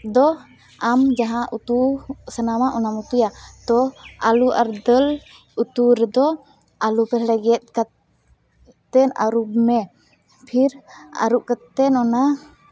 ᱫᱚ ᱟᱢ ᱡᱟᱦᱟᱸ ᱩᱛᱩ ᱥᱟᱱᱟᱢᱟ ᱚᱱᱟᱢ ᱩᱛᱩᱭᱟ ᱛᱚ ᱟᱹᱞᱩ ᱟᱨ ᱫᱟᱹᱞ ᱩᱛᱩ ᱨᱮᱫᱚ ᱟᱹᱞᱩ ᱯᱮᱦᱞᱮ ᱜᱮᱫ ᱠᱟᱛᱮᱫ ᱟᱹᱨᱩᱵᱢᱮ ᱯᱷᱮᱨ ᱟᱹᱨᱩᱵ ᱠᱟᱛᱮᱫ ᱚᱱᱟ